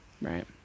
Right